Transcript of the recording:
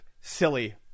silly